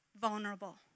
vulnerable